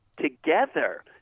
together